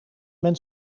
men